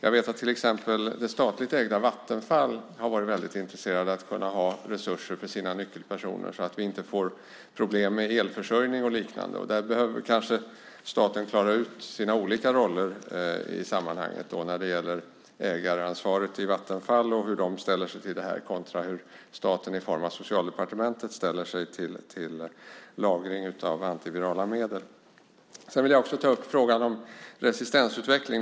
Det statligt ägda Vattenfall har till exempel varit mycket intresserat av att ha resurser för sina nyckelpersoner så att vi inte får problem med elförsörjning och dylikt. Kanske behöver staten klara ut sina olika roller i sammanhanget när det gäller ägaransvaret i Vattenfall, alltså hur Vattenfall ställer sig till lagring av antivirala medel i förhållande till hur staten i form av Socialdepartementet ställer sig till det. Jag vill även ta upp frågan om resistensutveckling.